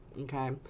Okay